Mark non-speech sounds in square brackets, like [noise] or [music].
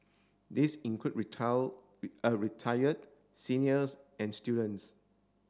these include [unintelligible] [hesitation] retired seniors and students